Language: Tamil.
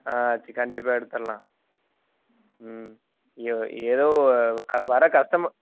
ஆ சேரி கண்டிப்பாக எடுத்தடலாம் ம் எ ஏதோ க வர்ற கஸ்டமர்